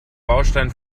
baustein